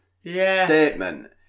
statement